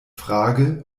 frage